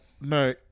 no